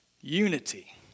unity